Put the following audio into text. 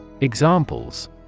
Examples